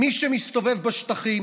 מי שמסתובב בשטחים